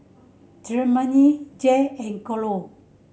Germaine Jay and Carole